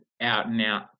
out-and-out